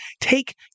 take